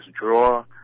draw